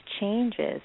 changes